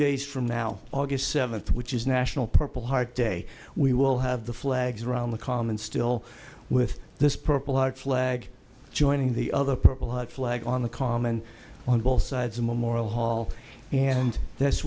days from now august seventh which is national purple heart day we will have the flags around the common still with this purple heart flag joining the other purple out flag on the common on both sides of memorial hall and this